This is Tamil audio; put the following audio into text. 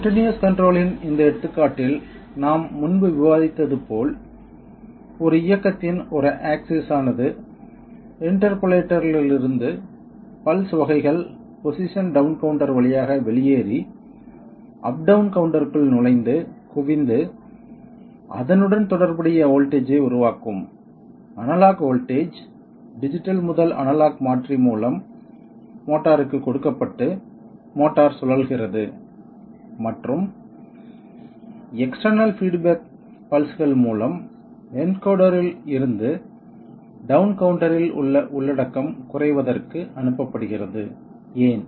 கன்டினியஸ் கண்ட்ரோல் இன் இந்த எடுத்துக்காட்டில் நாம் முன்பு விவாதித்தது போல் ஒரு இயக்கத்தின் ஒரு ஆக்சிஸ் ஆனது இன்டர்போலேட்டரிலிருந்து பல்ஸ் வகைகள் பொசிஷன் டவுன் கவுண்டர் வழியாக வெளியேறி அப் டவுன் கவுண்டருக்குள் நுழைந்து குவிந்து அதனுடன் தொடர்புடைய வோல்ட்டேஜ் ஐ உருவாக்கும் அனலாக் வோல்ட்டேஜ் டிஜிட்டல் முதல் அனலாக் மாற்றி மூலம் மோட்டாருக்கு கொடுக்கப்பட்டு மோட்டார் சுழல்கிறது மற்றும் எக்ஸ்டெர்னல் பீட் பேக் பல்ஸ்கள் மூலம் என்கோடரில் இருந்து டவுன் கவுண்டரில் உள்ள உள்ளடக்கம் குறைவதற்கு அனுப்பப்படுகிறது ஏன்